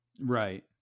right